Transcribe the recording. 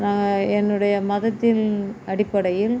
நான் என்னுடைய மதத்தின் அடிப்படையில்